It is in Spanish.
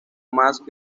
más